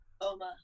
Oma